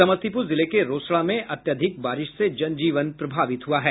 समस्तीपुर जिले के रोसड़ा में अत्यधिक बारिश से जन जीवन प्रभावित हुआ है